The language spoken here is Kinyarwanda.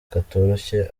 katoroshye